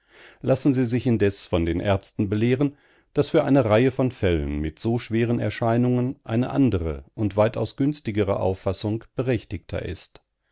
lassen sie sich indes von den ärzten belehren daß für eine reihe von fällen mit so schweren erscheinungen eine andere und weitaus günstigere auffassung berechtigter ist